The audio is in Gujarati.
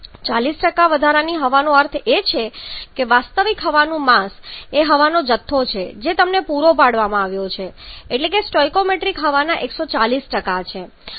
40 વધારાની હવાનો અર્થ એ છે કે વાસ્તવિક હવાનું માસ એ હવાનો જથ્થો છે જે તમને પૂરો પાડવામાં આવ્યો છે એટલે કે સ્ટોઇકિયોમેટ્રિક હવાના 140 છે